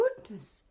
goodness